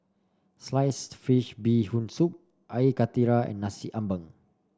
Sliced Fish Bee Hoon Soup Air Karthira and Nasi Ambeng